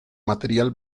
material